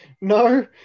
No